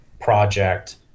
project